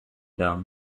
dumb